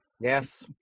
Yes